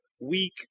weak